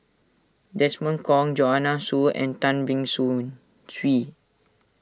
Desmond Kon Joanne Soo and Tan Beng Swee